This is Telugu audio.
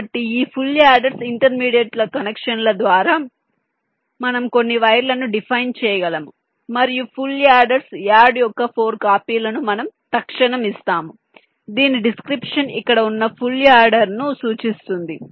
కాబట్టి ఈ ఫుల్ యాడర్స్ ఇంటర్మీడియట్ కనెక్షన్ల ద్వారా మనము కొన్ని వైర్లను డిఫైన్ చేయగలము మరియు ఫుల్ యాడర్స్ యాడ్ యొక్క 4 కాపీలను మనం తక్షణం ఇస్తాము దీని డిస్క్రిప్షన్ ఇక్కడ ఉన్న ఫుల్ యాడర్ను సూచిస్తుంది